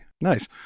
Nice